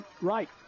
right